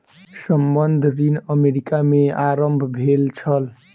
संबंद्ध ऋण अमेरिका में आरम्भ भेल छल